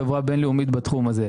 חברה בין-לאומית בתחום הזה.